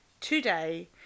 today